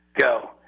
go